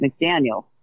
McDaniel